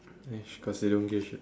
eh she got say don't give a shit